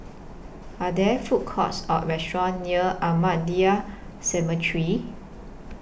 Are There Food Courts Or restaurants near Ahmadiyya Cemetery